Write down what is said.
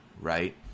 right